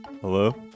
Hello